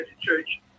church